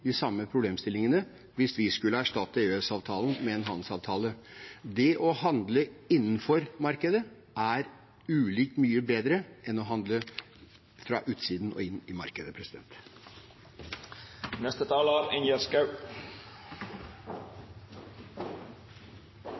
de samme problemstillingene hvis vi skulle erstatte EØS-avtalen med en handelsavtale. Det å handle innenfor markedet er ulike mye bedre enn å handle fra utsiden og inn i markedet.